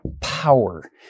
power